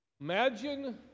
Imagine